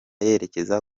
yerekeza